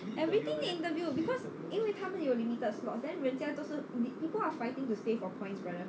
everything need interview because 因为他们有 limited slots then 人家都是 people are fighting to stay for points rather